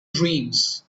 dreams